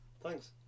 Thanks